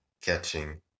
catching